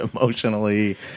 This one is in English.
emotionally